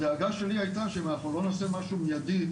הדאגה שלי הייתה שאם אנחנו לא נעשה משהו מידי,